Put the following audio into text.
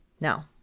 Now